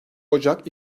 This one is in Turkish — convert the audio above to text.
ocak